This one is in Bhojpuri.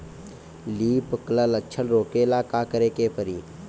लीफ क्ल लक्षण रोकेला का करे के परी?